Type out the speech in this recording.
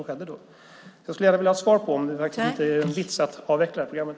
Jag skulle vilja ha svar på om det verkligen inte är någon vits med att avveckla det här programmet.